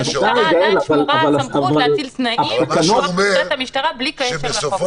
ולמשטרה עדיין שמורה הסמכות להפעיל תנאים בלי קשר לחוק.